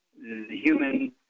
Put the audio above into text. human